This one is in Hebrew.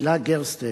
הילה גרסטל,